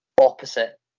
opposite